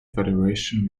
federation